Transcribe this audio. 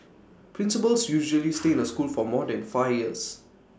principals usually stay in A school for more than five years